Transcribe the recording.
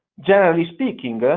generally speaking,